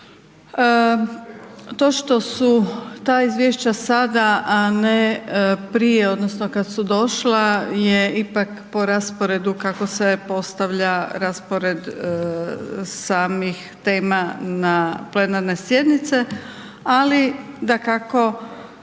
to što su ta izvješća sada, a ne prije odnosno kad su došla, je ipak po rasporedu kako se postavlja raspored samih tema na plenarne sjednice, ali dakako